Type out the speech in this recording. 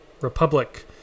Republic